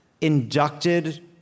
inducted